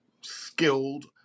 skilled